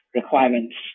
requirements